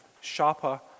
sharper